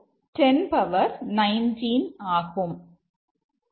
2 1019 ஆகும்